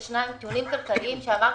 יש טיעונים כלכליים כפי שאמרתי,